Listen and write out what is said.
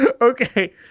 Okay